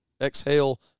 exhale